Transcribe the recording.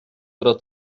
pro